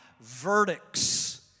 verdicts